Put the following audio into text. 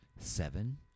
Seven